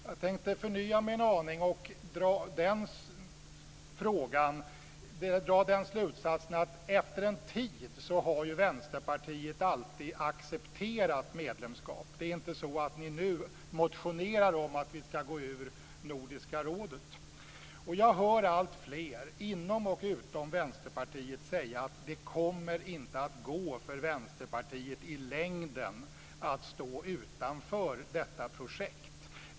Jag tänkte förnya mig en aning och dra den slutsatsen att efter en tid har Västerpartiet alltid accepterat medlemskap. Det är inte så att ni nu motionerar om att vi ska gå ur Nordiska rådet. Jag hör alltfler inom och utom Vänsterpartiet säga att Vänsterpartiet i längden inte kommer att kunna stå utanför detta projekt.